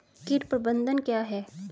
कीट प्रबंधन क्या है?